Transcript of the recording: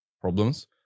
problems